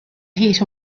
heat